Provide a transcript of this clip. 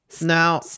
now